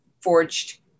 forged